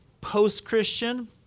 post-Christian